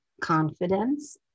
confidence